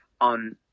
on